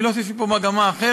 אני לא חושב שיש פה מגמה אחרת.